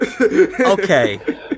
Okay